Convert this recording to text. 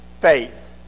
faith